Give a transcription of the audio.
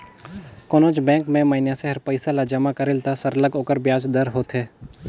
कोनोच बंेक में मइनसे हर पइसा ल जमा करेल त सरलग ओकर बियाज दर होथे